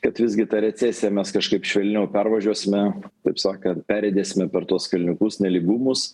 kad visgi tą recesiją mes kažkaip švelniau pervažiuosime taip sakant perriedėsime per tuos kalniukus nelygumus